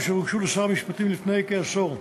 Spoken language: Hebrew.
אשר הוגשו לשר המשפטים לפני כעשור.